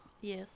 Yes